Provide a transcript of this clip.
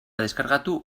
deskargatu